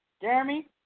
Jeremy